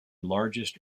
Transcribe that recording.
largest